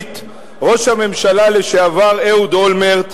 הנוכחית ראש הממשלה לשעבר אהוד אולמרט,